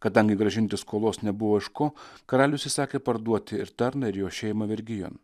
kadangi grąžinti skolos nebuvo iš ko karalius įsakė parduoti ir tarną ir jo šeimą vergijon